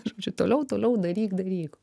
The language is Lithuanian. žodžiu toliau toliau daryk daryk